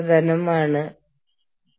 യൂണിയനിൽ എത്ര പേരുണ്ട് എന്നത്